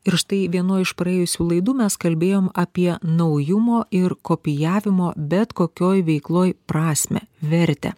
ir štai vienoj iš praėjusių laidų mes kalbėjom apie naujumo ir kopijavimo bet kokioj veikloj prasmę vertę